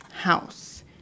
house